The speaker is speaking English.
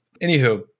Anywho